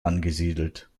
angesiedelt